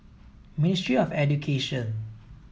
Ministry of Education